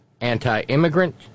anti-immigrant